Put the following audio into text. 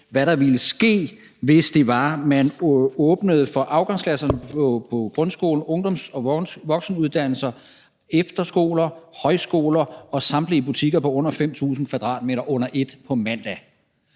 hvad der ville ske, hvis man åbnede for afgangsklasserne på grundskoler, ungdoms- og voksenuddannelser, efterskoler og højskoler og for samtlige butikker på under 5.000 m² under et på mandag.